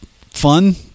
fun